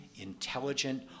intelligent